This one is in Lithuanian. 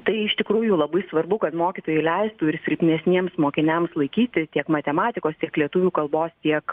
tai iš tikrųjų labai svarbu kad mokytojai leistų ir silpnesniems mokiniams laikyti tiek matematikos tiek lietuvių kalbos tiek